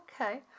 okay